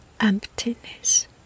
emptiness